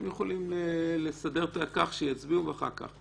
הם יכולים לסדר כך שיצביעו ואחר כך.